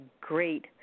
great